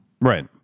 Right